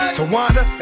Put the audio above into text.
Tawana